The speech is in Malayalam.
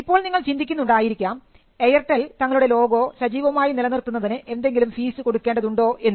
ഇപ്പോൾ നിങ്ങൾ ചിന്തിക്കുന്നുണ്ചായിരിക്കാം എയർടെൽ തങ്ങളുടെ ലോഗോ സജീവമായി നിലനിർത്തുന്നതിന് എന്തെങ്കിലും ഫീസ് കൊടുക്കേണ്ടതുണ്ടോ എന്ന്